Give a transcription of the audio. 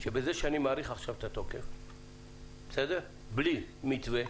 שבזה שאני מאריך עכשיו את התוקף בלי מתווה,